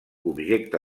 objecte